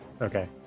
Okay